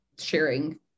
sharing